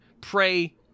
Pray